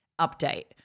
update